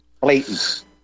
Blatant